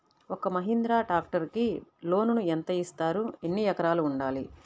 ఒక్క మహీంద్రా ట్రాక్టర్కి లోనును యెంత ఇస్తారు? ఎన్ని ఎకరాలు ఉండాలి?